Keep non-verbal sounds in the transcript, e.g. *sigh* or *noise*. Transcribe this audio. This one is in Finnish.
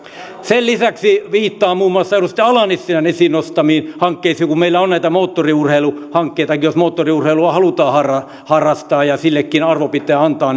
sen lisäksi viittaan muun muassa edustaja ala nissilän esiin nostamiin hankkeisiin kun meillä on näitä moottoriurheiluhankkeita jos moottoriurheilua halutaan harrastaa harrastaa ja sillekin arvo pitää antaa *unintelligible*